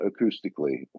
acoustically